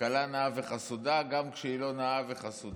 "כלה נאה וחסודה", גם כשהיא לא נאה וחסודה.